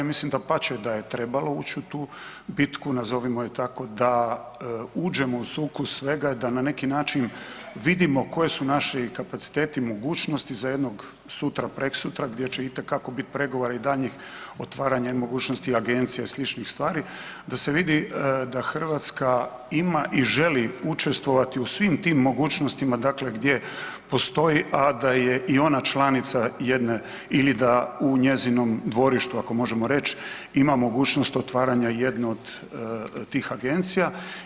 Mislim dapače da je trebalo uć u tu bitku nazovimo je tako da uđemo u sukus svega i da na neki način vidimo koji su naši kapaciteti i mogućnosti za jednog sutra, preksutra gdje će itekako bit pregovora i daljnjih otvaranja i mogućnosti agencija i sličnih stvari da se vidi da Hrvatska ima i želi učestvovati u svim tim mogućnostima, dakle gdje postoji, a da je i ona članica jedne ili da u njezinom dvorištu ako možemo reć ima mogućnost otvaranja jedne od tih agencija.